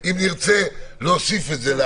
אם נרצה להוסיף את זה?